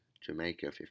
Jamaica